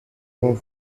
war